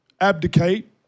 abdicate